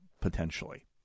potentially